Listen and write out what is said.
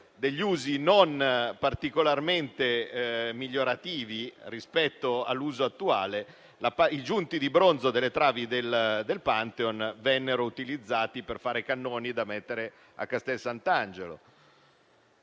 degli usi non particolarmente migliorativi rispetto a quello attuale, i giunti di bronzo delle travi del Pantheon vennero utilizzati per fare cannoni da mettere a Castel Sant'Angelo.